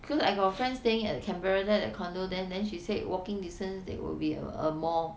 because I got friend staying at canberra there the condominium then she say walking distance there would be a mall